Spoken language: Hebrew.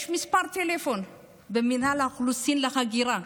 יש מספר טלפון במינהל האוכלוסין וההגירה,